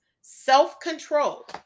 self-control